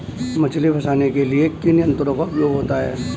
मछली फंसाने के लिए किन यंत्रों का उपयोग होता है?